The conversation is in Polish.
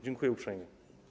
Dziękuję uprzejmie.